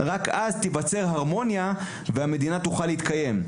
רק אז תיווצר הרמוניה, והמדינה תוכל להתקיים.